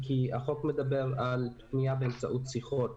כי החוק מדבר על פניה באמצעות שיחות,